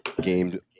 game